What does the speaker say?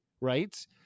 right